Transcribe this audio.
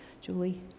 Julie